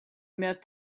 met